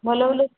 ଭଲ ବୋଲି